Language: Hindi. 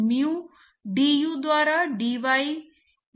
और इसलिए कोई सुव्यवस्थित प्रवाह नहीं है